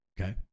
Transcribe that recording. okay